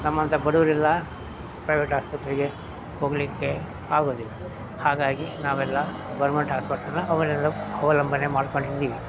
ನಮ್ಮಂಥ ಬಡವ್ರೆಲ್ಲ ಪ್ರೈವೇಟ್ ಆಸ್ಪತ್ರೆಗೆ ಹೋಗಲಿಕ್ಕೆ ಆಗುವುದಿಲ್ಲ ಹಾಗಾಗಿ ನಾವೆಲ್ಲ ಗೌರ್ಮೆಂಟ್ ಆಸ್ಪತ್ರೆನ ಅವಲಂಬನೆ ಮಾಡ್ಕೊಂಡಿದ್ದೀವಿ